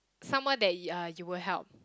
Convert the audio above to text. someone that uh you will help